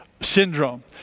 syndrome